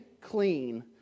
clean